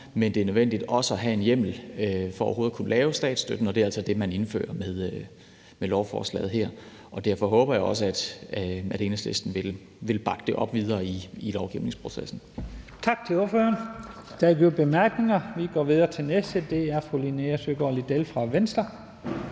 Men det er nødvendigt også at have en hjemmel for overhovedet at kunne lave statsstøtten, og det er altså det, man indfører med lovforslaget her. Derfor håber jeg også, at Enhedslisten vil bakke det op videre i lovgivningsprocessen. Kl. 12:12 Første næstformand (Leif Lahn Jensen): Tak til ordføreren. Der er ikke yderligere korte bemærkninger. Vi går videre til den næste. Det er fru Linea Søgaard-Lidell fra Venstre.